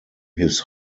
his